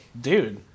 Dude